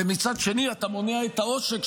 ומצד שני אתה מונע את העושק,